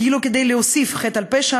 כאילו כדי להוסיף חטא על פשע,